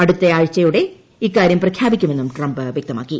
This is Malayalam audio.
അടുത്ത ആഴ്ചയോടെ ഇക്കാരൃം പ്രഖ്യാപിക്കുമെന്നും ട്രംപ് വ്യക്തമാക്കി